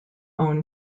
own